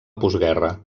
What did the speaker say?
postguerra